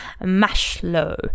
Mashlow